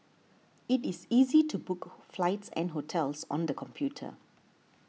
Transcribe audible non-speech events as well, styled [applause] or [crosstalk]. it is easy to book [unintelligible] flights and hotels on the computer